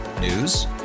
News